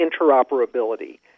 interoperability